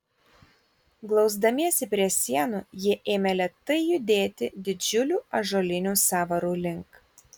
glausdamiesi prie sienų jie ėmė lėtai judėti didžiulių ąžuolinių sąvarų link